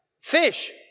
Fish